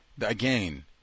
again